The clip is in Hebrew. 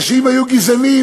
אם היו גזענים,